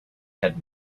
had